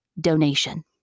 Donation